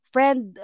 friend